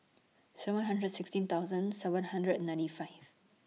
seven hundred sixteen thousand seven hundred and ninety five